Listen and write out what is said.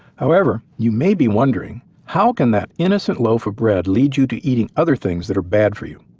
however, you may be wondering how can that innocent loaf of bread lead you to eating other things that are bad for you?